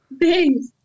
Thanks